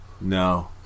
No